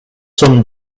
son